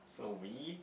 so we